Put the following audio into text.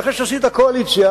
אבל אחרי שעשית קואליציה,